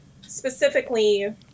specifically